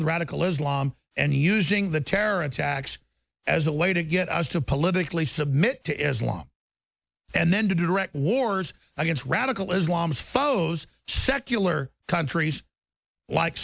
with radical islam and using the terror attacks as a way to get us to politically submit to islam and then to direct wars against radical islam as follows secular countries like